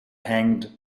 hanged